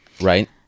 right